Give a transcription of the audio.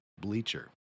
bleacher